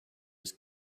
was